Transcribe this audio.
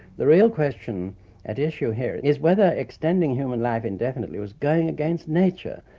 the real question at issue here is whether extending human life indefinitely was going against nature,